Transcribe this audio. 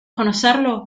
conocerlo